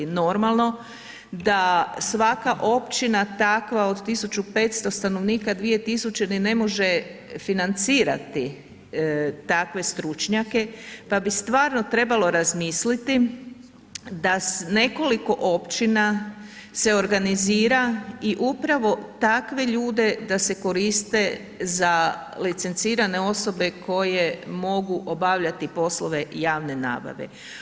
Normalno da svaka općina takva od 1.500 stanovnika 2.000 ni ne može financirati takve stručnjake pa bi stvarno trebalo razmisliti da nekoliko općina se organizira i upravo takve ljude da se koriste za licencirane osobe koje mogu obavljati poslove javne nabave.